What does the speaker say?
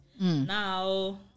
now